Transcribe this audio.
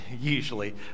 usually